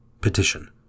Petition